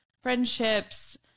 friendships